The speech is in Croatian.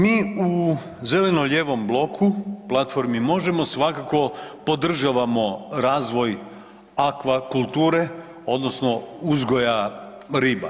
Mi u zeleno-lijevom bloku, platformi Možemo svakako podržavamo razvoj akvakulture odnosno uzgoja riba.